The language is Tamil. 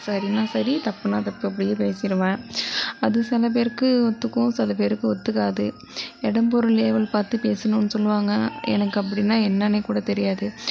சரினா சரி தப்புனா தப்பு அப்படியே பேசிருவேன் அது சில பேருக்கு ஒத்துக்கும் சில பேருக்கு ஒத்துக்காது இடம் பொருள் ஏவல் பார்த்து பேசணும்னு சொல்லுவாங்க எனக்கு அப்படினா என்னன்னே கூட தெரியாது